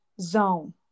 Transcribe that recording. zone